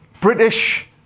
British